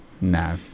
no